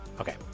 Okay